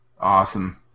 Awesome